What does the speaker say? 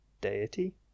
deity